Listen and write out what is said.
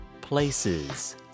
Places